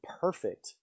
perfect